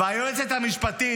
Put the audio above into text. והיועצת המשפטית,